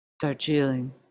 Darjeeling